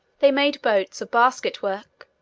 they made boats of basket-work,